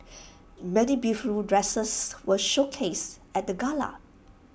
many beautiful dresses were showcased at the gala